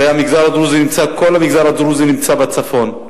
הרי כל המגזר הדרוזי נמצא בצפון.